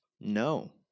no